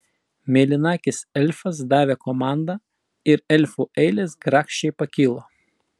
mėlynakis elfas davė komandą ir elfų eilės grakščiai pakilo